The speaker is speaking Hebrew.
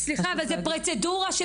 אבל זו פרוצדורה.